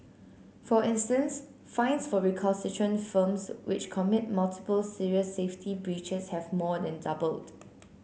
for instance fines for recalcitrant firms which commit multiple serious safety breaches have more than doubled